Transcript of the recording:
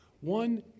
One